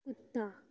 ਕੁੱਤਾ